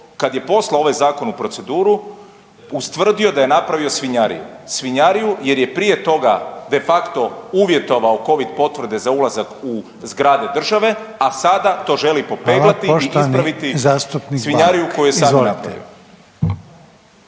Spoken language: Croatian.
kad je poslao ovaj zakon u proceduru, ustvrdio da je napravio svinjariju. Svinjariju jer je prije toga de facto uvjetovao covid potvrde za ulazak u zgrade države, a sada to želi popeglati i ispraviti svinjariju koju je sam napravio.